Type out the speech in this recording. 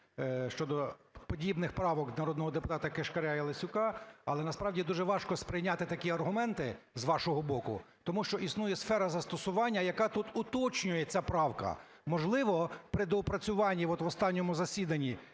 щодо подібних правок народного депутата Кишкаря і Лесюка. Але насправді дуже важко сприйняти такі аргументи з вашого боку, тому що існує сфера застосування, яка тут уточнює, ця правка. Можливо, при доопрацюванні, от в останньому засіданні